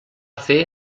fer